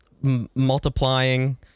multiplying